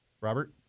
Robert